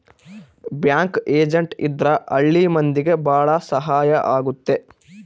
bank agent ಇದ್ರ ಹಳ್ಳಿ ಮಂದಿಗೆ ಭಾಳ ಸಹಾಯ ಆಗುತ್ತೆ